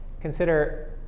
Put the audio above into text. Consider